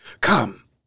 Come